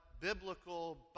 biblical